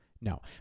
no